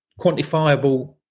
quantifiable